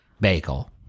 bagel